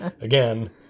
again